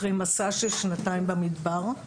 אחרי מסע של שנתיים במדבר,